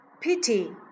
pity